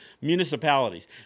municipalities